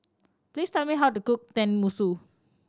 please tell me how to cook Tenmusu